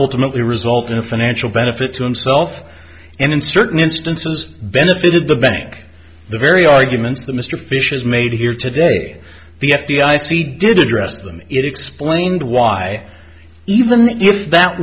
ultimately result in a financial benefit to himself and in certain instances benefited the bank the very arguments that mr fisher has made here today the f d i c did address them it explained why even if that